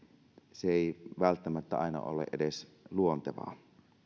se ei välttämättä aina ole edes luontevaa